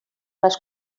les